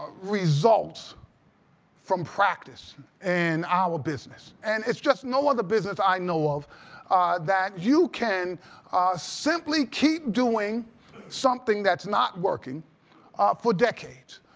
results from practice in our business. and it's just no other business i know of that you can simply keep doing something that's not working for decades.